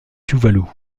tuvalu